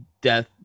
death